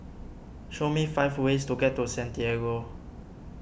show me five ways to get to Santiago